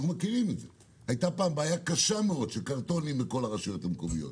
פעם הייתה בעיה קשה מאוד של קרטונים ברשויות המקומיות.